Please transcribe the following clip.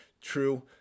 true